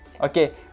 okay